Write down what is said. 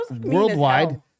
worldwide